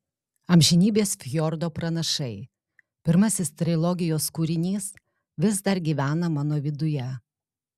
amžinybės fjordo pranašai pirmasis trilogijos kūrinys vis dar gyvena mano viduje